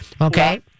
Okay